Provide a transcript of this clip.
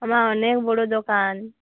আমার অনেক বড়ো দোকান